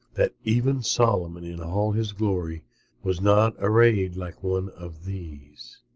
that even solomon in all his glory was not arrayed like one of these.